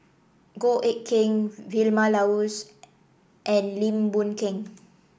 Goh Eck Kheng Vilma Laus and Lim Boon Keng